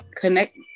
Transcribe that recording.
connect